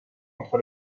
entre